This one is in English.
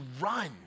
run